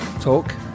talk